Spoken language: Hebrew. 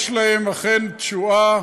יש להם אכן תשועה